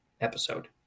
episode